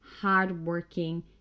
hardworking